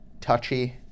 touchy